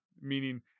Meaning